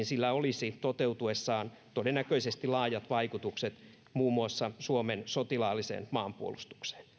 sillä olisi toteutuessaan todennäköisesti laajat vaikutukset muun muassa suomen sotilaalliseen maanpuolustukseen